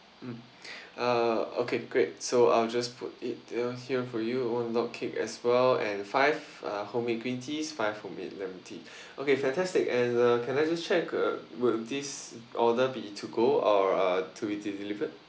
mm uh okay great so I'll just put it down here for you one log cake as well and five uh homemade green tea five homemade lemon tea okay fantastic and uh can I just check uh will this order be to go or are to be delivered